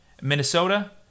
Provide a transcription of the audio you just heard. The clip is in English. Minnesota